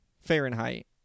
Fahrenheit